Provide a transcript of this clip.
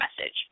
message